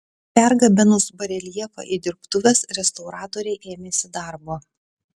pergabenus bareljefą į dirbtuves restauratoriai ėmėsi darbo